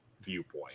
viewpoint